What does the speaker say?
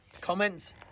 Comments